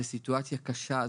זו סיטואציה קשה,